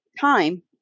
time